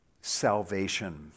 salvation